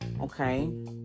okay